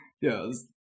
yes